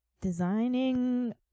designing